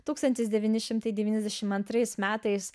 tūkstantis devyni šimtai devyniasdešimt antrais metais